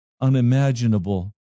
unimaginable